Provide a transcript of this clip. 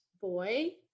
boy